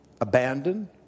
abandoned